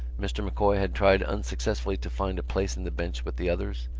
mr. m'coy had tried unsuccessfully to find a place in the bench with the others,